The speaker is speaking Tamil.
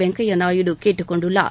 வெங்கையா நாயுடு கேட்டுக் கொண்டுள்ளார்